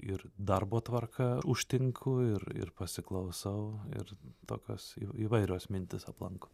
ir darbo tvarka užtinku ir ir pasiklausau ir tokios jau įvairios mintys aplanko